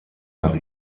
nach